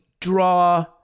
draw